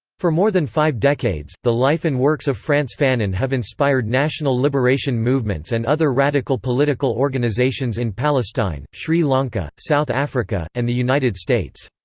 for more than five decades, the life and works of frantz fanon have inspired national liberation movements and other radical political organizations in palestine, sri lanka, south africa, and the united states.